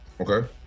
Okay